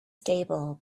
stable